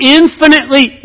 infinitely